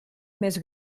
més